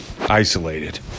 isolated